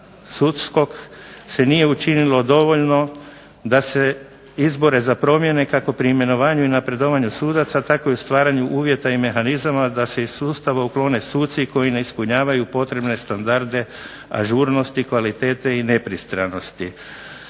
sudskog se nije učinilo dovoljno da se izbore za promjene, kako pri imenovanju i napredovanju sudaca, tako i stvaranju uvjeta i mehanizama da se iz sustava uklone suci koji ne ispunjavaju potrebne standarde ažurnosti, kvalitete i nepristranosti.